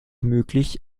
möglich